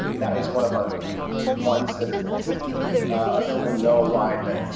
that is one of our ones that are isn't available. no wide that